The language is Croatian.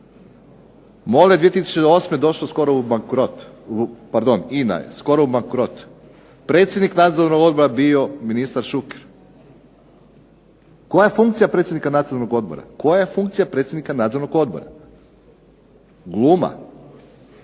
je skoro u bankrot. Predsjednik Nadzornog odbora je bio ministar Šuker. Koja je funkcija Nadzornog odbora? Gluma